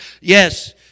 yes